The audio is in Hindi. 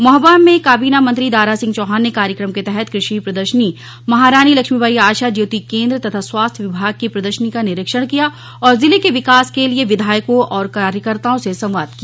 महोबा में काबीना मंत्री दारा सिंह चौहान ने कार्यक्रम के तहत कृषि प्रदर्शनी महारानी लक्ष्मीबाई आशा ज्योति केन्द्र तथा स्वास्थ्य विभाग की प्रदर्शनी का निरीक्षण किया और जिले के विकास के लिए विधायकों और कार्यकर्ताओं से संवाद किया